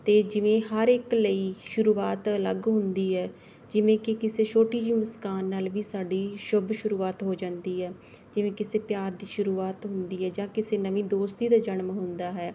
ਅਤੇ ਜਿਵੇਂ ਹਰ ਇੱਕ ਲਈ ਸ਼ੁਰੂਆਤ ਅਲੱਗ ਹੁੰਦੀ ਹੈ ਜਿਵੇਂ ਕਿ ਕਿਸੇ ਛੋਟੀ ਜਿਹੀ ਮੁਸਕਾਨ ਨਾਲ ਵੀ ਸਾਡੀ ਸ਼ੁਭ ਸ਼ੁਰੂਆਤ ਹੋ ਜਾਂਦੀ ਹੈ ਜਿਵੇਂ ਕਿਸੇ ਪਿਆਰ ਦੀ ਸ਼ੁਰੂਆਤ ਹੁੰਦੀ ਹੈ ਜਾਂ ਕਿਸੇ ਨਵੀਂ ਦੋਸਤੀ ਦਾ ਜਨਮ ਹੁੰਦਾ ਹੈ